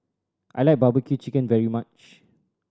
I like barbecue chicken very much